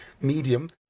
medium